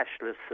cashless